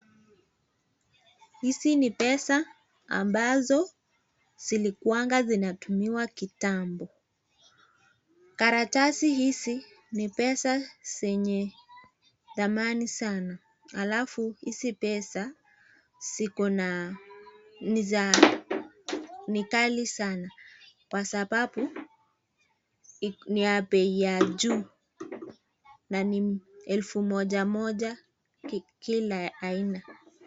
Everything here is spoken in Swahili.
Hizi ni pesa ambazo zilikuwa zinatumiwa kitambo. Karatasi hizi ni pesa zenye thamani sana. Alafu hizi pesa ziko na ni za ni ghali sana kwa sababu ni ya bei ya juu na ni elfu moja moja kila aina.